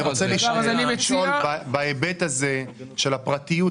אני רוצה לשאול בהיבט של הפרטיות.